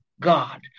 God